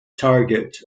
target